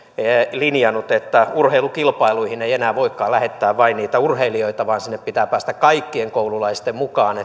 linjannut että urheilukilpailuihin ei enää voikaan lähettää vain niitä urheilijoita vaan sinne pitää päästä kaikkien koululaisten mukaan